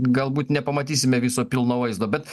galbūt nepamatysime viso pilno vaizdo bet